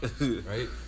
right